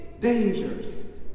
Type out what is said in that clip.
dangers